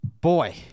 Boy